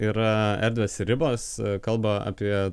yra erdvės ir ribos kalba apie